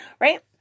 right